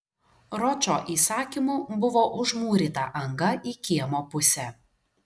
ročo įsakymu buvo užmūryta anga į kiemo pusę